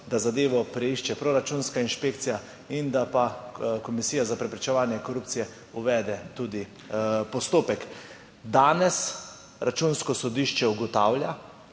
da zadevo preišče proračunska inšpekcija in da pa Komisija za preprečevanje korupcije uvede tudi postopek. Danes Računsko sodišče ugotavlja,